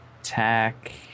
attack